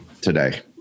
today